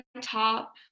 top